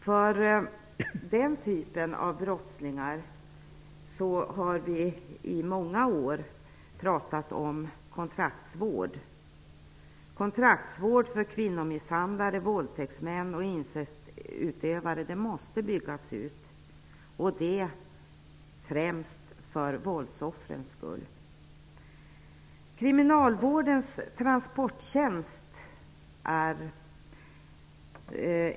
Vi har i många år talat om kontraktsvård för denna typ av brottslingar. Kontraktsvård för kvinnomisshandlare, våldtäktsmän och incestutövare måste byggas ut, främst för våldsoffrens skull.